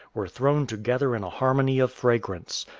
were thrown together in a harmony of fragrance.